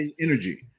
energy